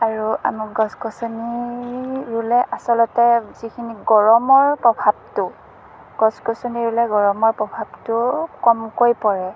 আৰু আমাক গছ গছনি ৰুলে আচলতে যিখিনি গৰমৰ প্ৰভাৱটো গছ গছনি ৰুলে গৰমৰ প্ৰভাৱটো কমকৈ পৰে